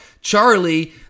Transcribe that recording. Charlie